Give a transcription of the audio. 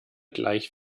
gleich